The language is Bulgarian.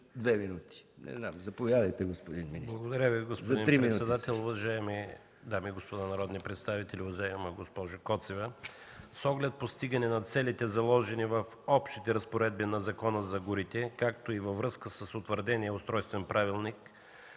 две минути? Заповядайте, господин министър. МИНИСТЪР ДИМИТЪР ГРЕКОВ: Уважаеми господин председател, уважаеми дами и господа народни представители, уважаема госпожо Коцева! С оглед постигане на целите, заложени в общите разпоредби на Закона за горите, както и във връзка с утвърдения устройствен правилник,